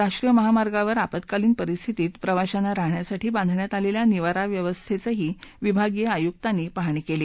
राष्ट्रीय महामार्गावर आपत्कालीन परिस्थितीत प्रवाशांना राहण्यासाठी बांधण्यात आलेल्या निवारा व्यवस्थेचीही विभागीय आयुक्तांनी पाहणी केली